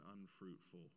unfruitful